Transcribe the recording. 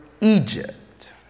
Egypt